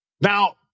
Now